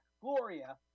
Gloria